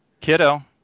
Kiddo